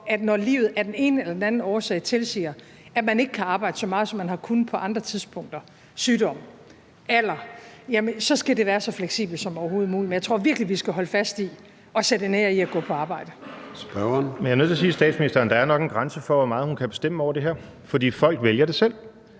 når livet af den ene eller den anden årsag tilsiger, at man ikke kan arbejde så meget, som man har kunnet på andre tidspunkter – sygdom, alder – så skal det være så fleksibelt som overhovedet muligt. Men jeg tror virkelig, vi skal holde fast i at sætte en ære i at gå på arbejde. Kl. 14:17 Formanden (Søren Gade): Spørgeren. Kl. 14:17 Morten Messerschmidt (DF): Men jeg er nødt til at sige til statsministeren, at der nok er en grænse for, hvor meget hun kan bestemme over det her, for folk vælger det selv.